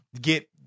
get